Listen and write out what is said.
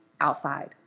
outside